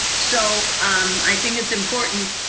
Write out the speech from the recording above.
so um i think it's important.